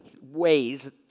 ways